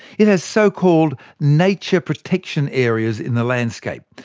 it has so-called nature protection areas in the landscape,